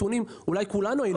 אולי כולנו היינו יודעים.